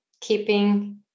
keeping